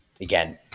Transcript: again